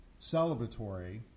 celebratory